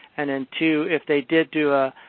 and then, two, if they did do a